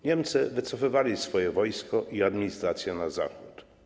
Niemcy wycofywali swoje wojsko i administrację na zachód.